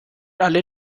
alle